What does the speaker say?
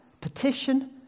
petition